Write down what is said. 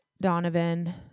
Donovan